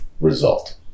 result